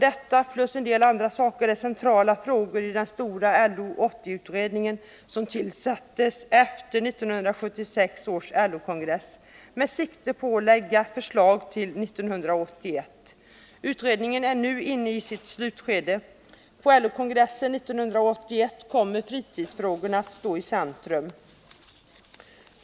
Detta plus en del andra saker är några centrala frågor i den stora LO 80-utredningen som tillsattes efter 1976 års LO-kongress med sikte på att lägga fram förslag till 1981. Utredningen är nu inne i sitt slutskede. På LO-kongressen 1981 kommer fritidsfrågorna att stå i centrum.